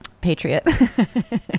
Patriot